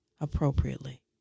appropriately